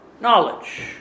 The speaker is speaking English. knowledge